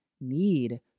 need